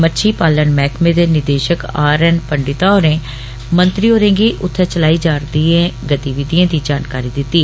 मच्छी पालन मैहकमे दे निदेषक आर एन पंडिता होरे मंत्री होरें गी उत्थे चलाई जा रदी गतिविधिएं दी जानकारी दिती